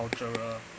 cultural